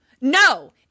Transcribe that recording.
No